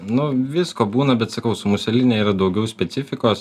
nu visko būna bet sakau su museline yra daugiau specifikos